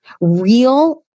Real